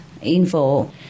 info